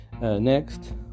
next